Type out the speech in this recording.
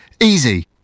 Easy